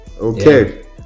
okay